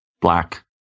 Black